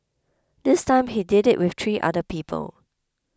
this time he did it with three other people